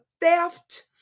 theft